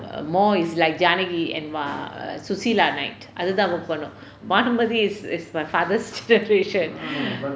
um more is like janagi and wha~ susila night அது தான்:athu thaan work பண்ணும்:pannum bhanumathi is is my father's generation